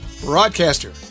broadcaster